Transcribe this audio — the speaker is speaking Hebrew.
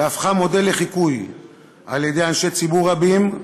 והפכה מודל לחיקוי על-ידי אנשי ציבור רבים,